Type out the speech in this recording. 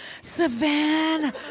Savannah